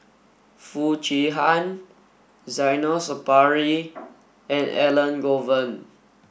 Foo Chee Han Zainal Sapari and Elangovan